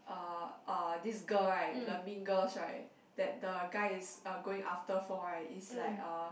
uh this girl right the mean girls right that the guy is uh going after for right is like a